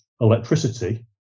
electricity